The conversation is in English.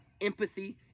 empathy